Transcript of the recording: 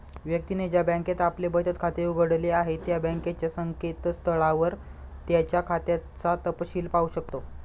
व्यक्तीने ज्या बँकेत आपले बचत खाते उघडले आहे त्या बँकेच्या संकेतस्थळावर त्याच्या खात्याचा तपशिल पाहू शकतो